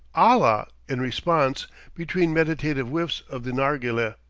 allah, in response between meditative whiffs of the narghileh,